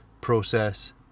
process